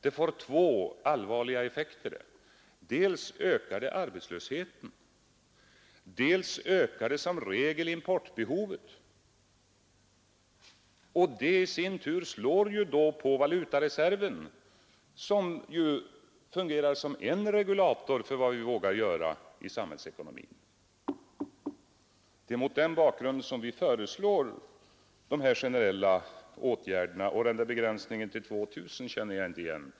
Det får två allvarliga effekter: dels ökar det arbetslösheten, dels ökar det som regel importbehovet, och detta i sin tur slår på valutareserven, som ju fungerar som en regulator för vad vi vågar göra i samhällsekonomin. Det är mot den bakgrunden som vi föreslår de här generella åtgärderna. Och den där begränsningen till 2 000 kronor per jobb känner jag inte igen.